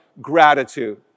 gratitude